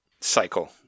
cycle